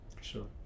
Sure